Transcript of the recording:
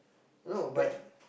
no but